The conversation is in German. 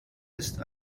ist